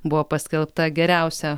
buvo paskelbta geriausia